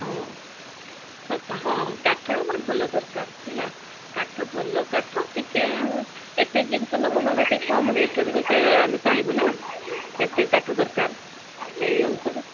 ହଁ ଆଚ୍ଛା ହଁ କାଠ ଆମର ଭଲ ଦରକାର ହେଲା କାଠ ଭଲ କାଠ ଟିକେ ଏତେ ଜିନିଷ ନବୁ ମାନେ ଟିକେ କମ୍ ରେଟରେ ବି ତ ଆମେ ଚାହିଁବୁ ନା ଏତେ କାଠ ଦରକାର ସେଇ ଅନୁସାରେ